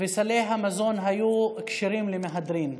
וסלי המזון היו כשרים למהדרין,